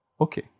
Okay